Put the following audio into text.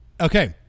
Okay